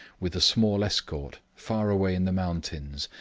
with a small escort, far away in the mountains,